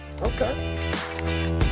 Okay